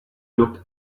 look